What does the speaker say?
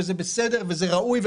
וזה בסדר וראוי.